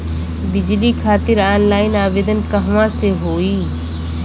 बिजली खातिर ऑनलाइन आवेदन कहवा से होयी?